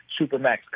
Supermax